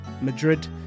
Madrid